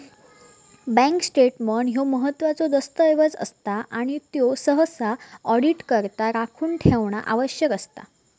bank statement ह्यो महत्त्वाचो दस्तऐवज असता आणि त्यो सहसा ऑडिटकरता राखून ठेवणा आवश्यक असता